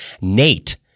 Nate